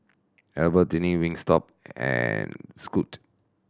Albertini Wingstop and Scoot